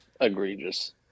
egregious